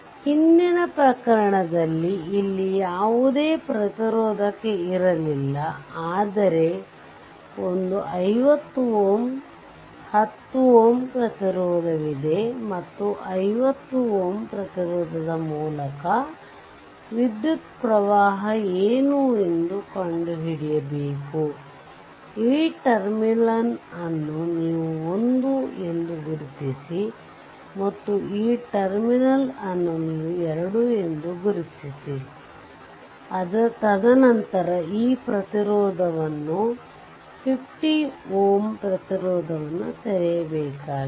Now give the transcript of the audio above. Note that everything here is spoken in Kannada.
ಹಿಂದಿನ ಪ್ರಕರಣದಲ್ಲಿ ಇಲ್ಲಿ ಯಾವುದೇ ಪ್ರತಿರೋಧಕ ಇರಲಿಲ್ಲ ಆದರೆ ಒಂದು 50 Ω 10 Ω ಪ್ರತಿರೋಧವಿದೆ ಮತ್ತು 50 Ω ಪ್ರತಿರೋಧದ ಮೂಲಕ ವಿದ್ಯುತ್ ಪ್ರವಾಹ ಏನು ಎಂದು ಕಂಡುಹಿಡಿಯಬೇಕು ಈ ಟರ್ಮಿನಲ್ ಅನ್ನು ನೀವು 1 ಎಂದು ಗುರುತಿಸಿ ಮತ್ತು ಈ ಟರ್ಮಿನಲ್ ಅನ್ನು ನೀವು 2 ಎಂದು ಗುರುತಿಸಿ ತದನಂತರ ಈ ಪ್ರತಿರೋಧವನ್ನು 50 Ω ಪ್ರತಿರೋಧವನ್ನು ತೆರೆಯಬೇಕಾಗಿದೆ